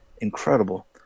incredible